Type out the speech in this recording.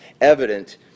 evident